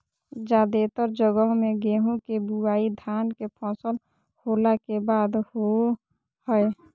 जादेतर जगह मे गेहूं के बुआई धान के फसल होला के बाद होवो हय